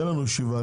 תהיה לנו ישיבה,